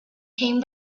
came